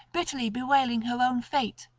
bitterly bewailing her own fate.